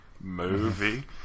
Movie